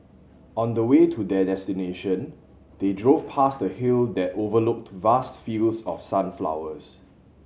on the way to their destination they drove past a hill that overlooked vast fields of sunflowers